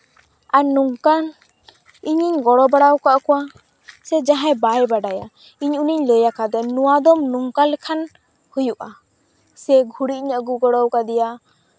ᱟᱨ ᱱᱚᱝᱠᱟᱱ ᱤᱧᱤᱧ ᱜᱚᱲᱚ ᱵᱟᱲᱟ ᱟᱠᱟᱫ ᱠᱚᱣᱟ ᱥᱮ ᱡᱟᱦᱟᱸᱭ ᱵᱟᱭ ᱵᱟᱰᱟᱭᱟ ᱤᱧ ᱩᱱᱤᱧ ᱞᱟᱹᱭ ᱟᱠᱟᱫᱮᱭᱟ ᱱᱚᱣᱟ ᱫᱚᱢ ᱱᱚᱝᱠᱟ ᱞᱮᱠᱷᱟᱱ ᱦᱩᱭᱩᱜᱼᱟ ᱥᱮ ᱜᱩᱨᱤᱡ ᱤᱧ ᱟᱹᱜᱩ ᱜᱚᱲᱚ ᱠᱟᱣᱫᱮᱭᱟ